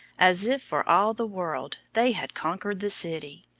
as if, for all the world, they had conquered the city.